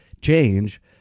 change